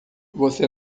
você